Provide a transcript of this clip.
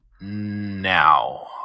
now